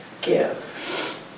give